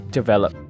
develop